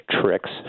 tricks